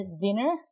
dinner